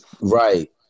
Right